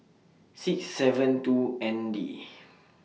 six seven two N D